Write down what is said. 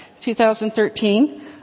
2013